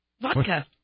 Vodka